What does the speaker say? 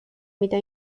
mida